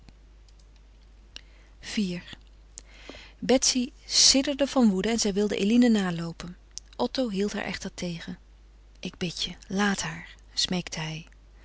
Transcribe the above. iv betty sidderde van woede en zij wilde eline naloopen otto hield haar echter tegen ik bid je laat haar smeekte hij